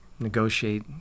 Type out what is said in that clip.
negotiate